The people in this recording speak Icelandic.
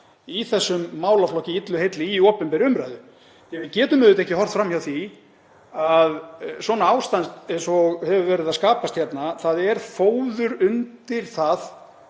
í þessum málaflokki illu heilli, í opinberri umræðu. Við getum auðvitað ekki horft fram hjá því að svona ástand, eins og hefur verið að skapast hérna, er fóður undir það